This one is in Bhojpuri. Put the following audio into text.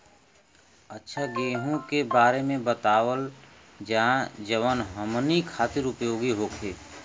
अच्छा गेहूँ के बारे में बतावल जाजवन हमनी ख़ातिर उपयोगी होखे?